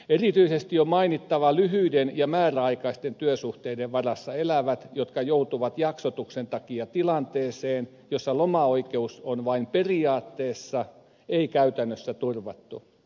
erityisesti on mainittava lyhyiden ja määräaikaisten työsuhteiden varassa elävät jotka joutuvat jaksotuksen takia tilanteeseen jossa lomaoikeus on vain periaatteessa ei käytännössä turvattu